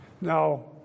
now